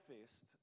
fest